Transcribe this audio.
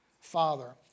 Father